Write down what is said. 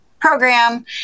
program